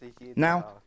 Now